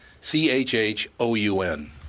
C-H-H-O-U-N